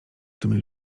tymi